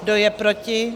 Kdo je proti?